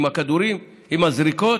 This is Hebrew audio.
עם הכדורים, עם הזריקות,